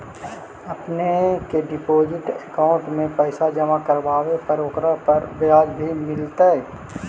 अपने के deposit account में पैसे जमा करवावे पर ओकरा पर ब्याज भी मिलतई